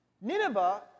Nineveh